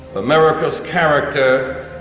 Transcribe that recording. america's character